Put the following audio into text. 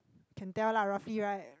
can tell lah roughly right